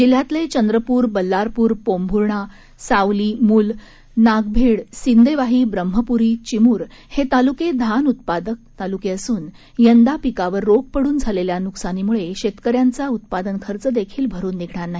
जिल्ह्यातले चंद्रपूर बल्लारपूर पोंभुर्णा सावली मुल नागभीड सिंदेवाही ब्रम्हपूरी चिमूर हे तालुके धान उत्पादक तालुके असून यंदा पिकावर रोग पडून झालेल्या नुकसानीमुळे शेतकऱ्यांचा उत्पादन खर्च देखील भरून निघणार नाही